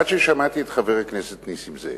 עד ששמעתי את חבר הכנסת נסים זאב.